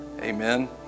Amen